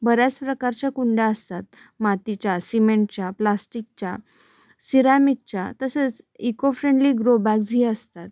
बऱ्याच प्रकारच्या कुंड्या असतात मातीच्या सिमेंटच्या प्लास्टिकच्या सिरामिकच्या तसेच इकोफ्रेंडली ग्रोबॅग्जही असतात